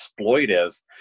exploitive